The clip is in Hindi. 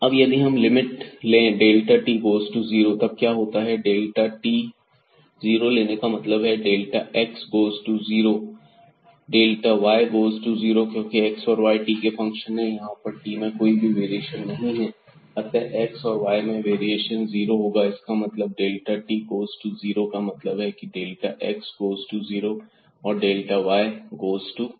अब यदि हम लिमिट ले delta t goes to zero तब क्या होता है डेल्टा t जीरो का मतलब है delta x goes to 0 delta y goes to 0 क्योंकि x और y t के फंक्शन है और यहां पर t में कोई वेरिएशन नहीं है अतः x और y में वेरिएशन जीरो होगा इसका मतलब डेल्टा t गोज़ टू 0 का मतलब है कि डेल्टा x गोज़ टू 0 और डेल्टा y गोज़ टू 0